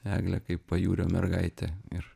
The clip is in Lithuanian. eglę kaip pajūrio mergaitę ir